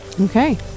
Okay